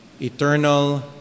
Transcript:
eternal